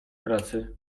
pracy